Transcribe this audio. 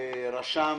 הרשם,